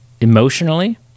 emotionally